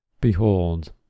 Behold